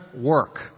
work